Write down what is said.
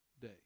day